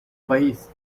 país